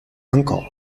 uncle